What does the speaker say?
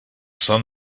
sun